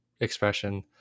expression